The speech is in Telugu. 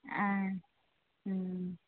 ఆయ్